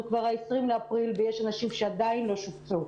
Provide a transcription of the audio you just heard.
כבר ב-20 לאפריל ויש אנשים שעדיין לא שובצו.